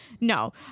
no